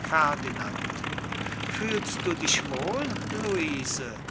ferdinand fühlst du dich wohl luise